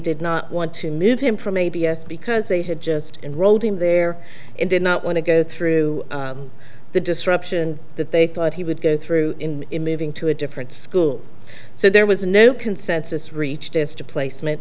did not want to move him from a b s because they had just enrolled him there and did not want to go through the disruption that they thought he would go through in moving to a different school so there was no consensus reached as to placement